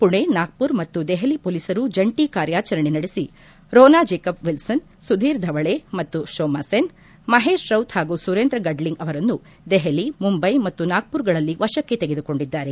ಪುಣೆ ನಾಗ್ದುರ್ ಮತ್ತು ದೆಹಲಿ ಪೊಲೀಸರು ಜಂಟಿ ಕಾರ್ಯಾಚರಣೆ ನಡೆಸಿ ರೋನಾ ಜೇಕಬ್ ವಿಲ್ಪನ್ ಸುಧೀರ್ ಧವಳಿ ಮತ್ತು ಶೋಮಾಸೆನ್ ಮಹೇಶ್ ರೌತ್ ಹಾಗೂ ಸುರೇಂದ್ರ ಗಡ್ಡಿಂಗ್ ಅವರನ್ನು ದೆಹಲಿ ಮುಂಬೈ ಮತ್ತು ನಾಗ್ಸುರ್ಗಳಲ್ಲಿ ವಶಕ್ಕೆ ತೆಗೆದುಕೊಂಡಿದ್ದಾರೆ